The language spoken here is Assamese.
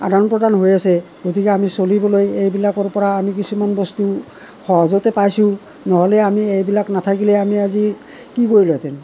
আদান প্ৰদান হৈ আছে গতিকে আমি চলিবলৈ এইবিলাকৰ পৰা আমি কিছুমান বস্তু সহজতে পাইছোঁ নহ'লে আমি এইবিলাক নাথাকিলে আমি আজি কি কৰিলোঁহেতেন